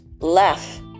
left